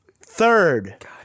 Third